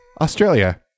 Australia